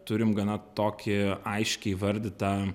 turim gana tokį aiškiai įvardytą